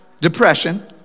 depression